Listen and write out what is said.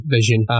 Vision